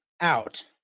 out